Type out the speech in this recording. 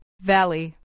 Valley